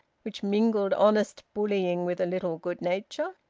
which mingled honest bullying with a little good-nature.